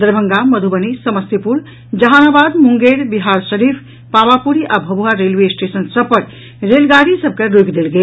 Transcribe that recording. दरभंगा मधुबनी समस्तीपुर जहानाबाद मुंगेर बिहारशरीफ पावापुरी आ Bhabhua railway station सभ पर रेलगाड़ी सभ के रोकि देल गेल